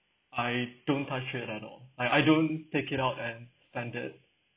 I don't touch it at all I I don't take it out and spend it